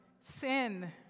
sin